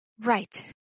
Right